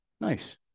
nice